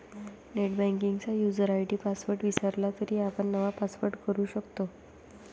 नेटबँकिंगचा user ID password विसरला तरी आपण नवा पासवर्ड तयार करू शकतो